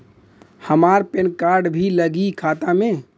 हमार PAN card भी लगी खाता में?